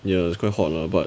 ya it's quite hard lah but